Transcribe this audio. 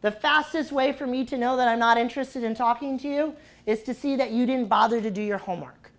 the fastest way for me to know that i'm not interested in talking to you is to see that you didn't bother to do your homework